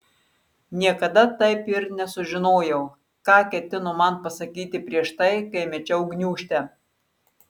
niekada taip ir nesužinojau ką ketino man pasakyti prieš tai kai mečiau gniūžtę